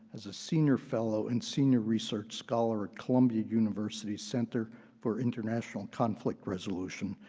as a senior fellow and senior research scholar at columbia university's center for international conflict resolution,